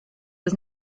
was